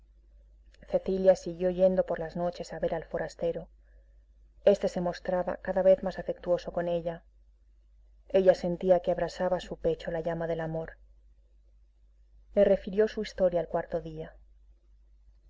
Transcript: cecilia siguió yendo por las noches a ver al forastero este se mostraba cada vez más afectuoso con ella ella sentía que abrasaba su pecho la llanta del amor le refirió su historia al cuarto día